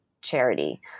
charity